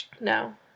No